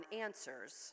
answers